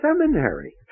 seminary